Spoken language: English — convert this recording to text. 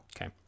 okay